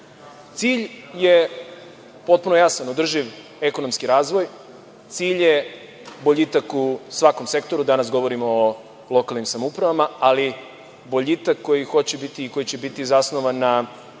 Cilj je potpuno jasan, održiv ekonomski razvoj, cilj je boljitak u svakom sektoru, danas govorimo o lokalnim samoupravama, ali boljitak koji će biti zasnovan na